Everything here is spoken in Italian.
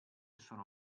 sono